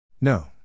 No